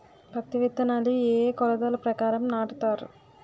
పత్తి విత్తనాలు ఏ ఏ కొలతల ప్రకారం నాటుతారు?